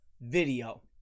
video